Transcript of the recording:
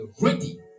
ready